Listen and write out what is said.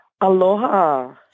Aloha